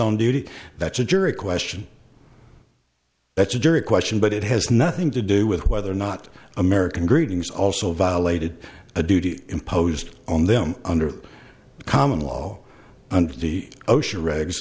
own duty that's a jury question that's a jury question but it has nothing to do with whether or not american greetings also violated a duty imposed on them under common law under the ocean regs